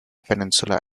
peninsula